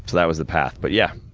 that was the path, but yeah,